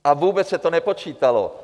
A vůbec se to nepočítalo.